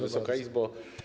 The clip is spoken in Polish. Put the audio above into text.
Wysoka Izbo!